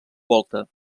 volta